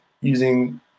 using